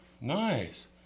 Nice